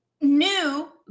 new